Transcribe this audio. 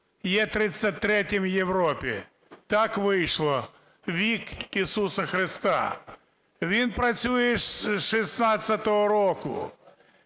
є 33-ім в Європі, так вийшло – вік Ісуса Христа. Він працює з 16-го року.